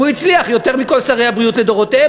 והוא הצליח יותר מכל שרי הבריאות לדורותיהם,